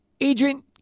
Adrian